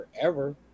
forever